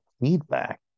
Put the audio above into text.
feedback